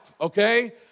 okay